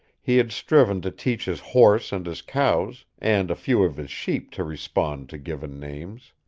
he had striven to teach his horse and his cows and a few of his sheep to respond to given names.